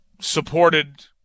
supported